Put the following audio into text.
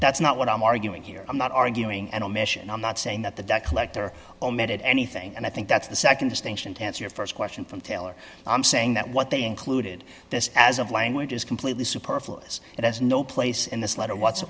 that's not what i'm arguing here i'm not arguing and omission i'm not saying that the debt collector omitted anything and i think that's the nd distinction to answer your st question from taylor i'm saying that what they included this as of language is completely superfluous it has no place in this letter what